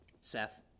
Seth